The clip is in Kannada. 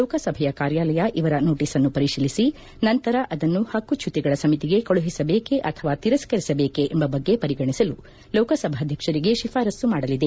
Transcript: ಲೋಕಸಭೆಯ ಕಾರ್ಯಾಲಯ ಇವರ ನೋಟೀಸನ್ನು ಪರಿತೀಲಿಸಿ ನಂತರ ಅದನ್ನು ಹಕ್ಕು ಚ್ಲುತಿಗಳ ಸಮಿತಿಗೆ ಕಳುಹಿಸಬೇಕೇ ಅಥವಾ ತಿರಸ್ತರಿಸಬೇಕೇ ಎಂಬ ಬಗ್ಗೆ ಪರಿಗಣಿಸಲು ಲೋಕಸಭಾಧ್ಯಕ್ಷರಿಗೆ ಶಿಫಾರಸ್ತು ಮಾಡಲಿದೆ